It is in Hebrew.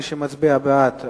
מי שמצביע בעד,